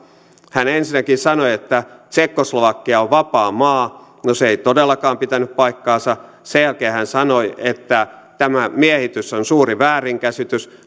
hän ensinnäkin sanoi että tsekkoslovakia on vapaa maa no se ei todellakaan pitänyt paikkaansa sen jälkeen hän sanoi että tämä miehitys on suuri väärinkäsitys